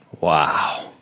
Wow